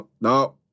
No